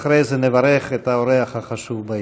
אחרי זה נברך את האורח החשוב ביציע.